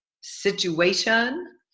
situation